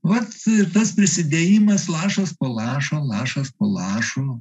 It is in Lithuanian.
vat ir tas prisidėjimas lašas po lašo lašas po lašo